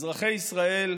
אזרחי ישראל,